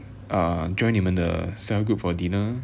err join 你们的 cell group for dinner